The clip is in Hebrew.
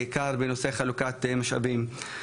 בעיקר בנושאי חלוקת משאבים.